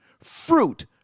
fruit